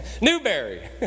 Newberry